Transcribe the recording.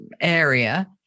area